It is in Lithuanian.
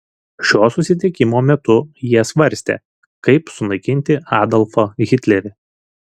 šio susitikimo metu jie svarstė kaip sunaikinti adolfą hitlerį